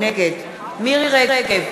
נגד מירי רגב,